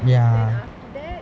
then after that